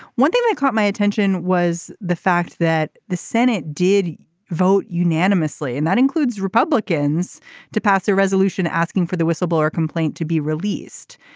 one thing that caught my attention was the fact that the senate did vote unanimously and that includes republicans to pass a resolution asking for the whistleblower complaint to be released.